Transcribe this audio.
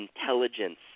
intelligence